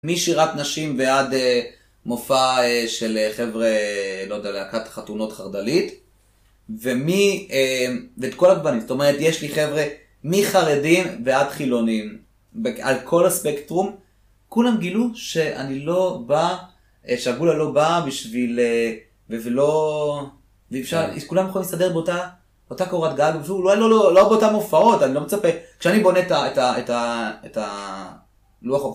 משירת נשים ועד מופע של חבר'ה... לא יודע - להקת חתונות חרד"לית - ואת כל הפנים, זאת אומרת יש לי חבר'ה מחרדים ועד חילונים על כל הספקטרום, כולם גילו שאני לא בא, שהגולה לא בא בשביל... ולא... וכולם יכולים להסתדר באותה קורת גג ואולי לא באותן הופעות, אני לא מצפה, כשאני בונה את הלוח הופעות